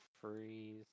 Freeze